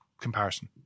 comparison